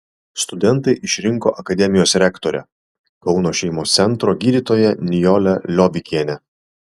studentai išrinko akademijos rektorę kauno šeimos centro gydytoją nijolę liobikienę